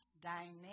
dynamic